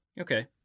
Okay